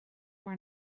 mar